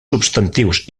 substantius